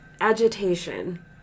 agitation